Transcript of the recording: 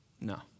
No